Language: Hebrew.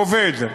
והוא עובד.